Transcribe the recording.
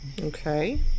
Okay